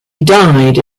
died